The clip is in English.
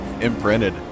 imprinted